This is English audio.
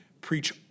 preach